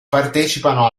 partecipano